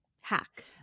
hack